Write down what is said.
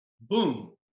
boom